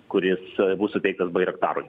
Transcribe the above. kuris bus suteiktas bairaktarui